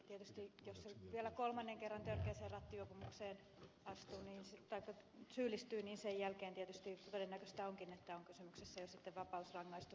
tietysti jos vielä kolmannen kerran törkeään rattijuopumukseen syyllistyy sen jälkeen todennäköistä onkin että on kysymyksessä jo vapausrangaistus